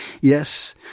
Yes